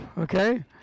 okay